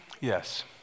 Yes